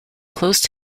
close